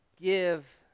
give